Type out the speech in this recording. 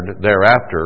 thereafter